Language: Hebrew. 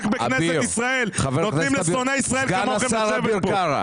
רק בכנסת ישראל נותנים לשונאי ישראל לשבת פה.